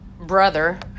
brother